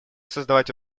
создавать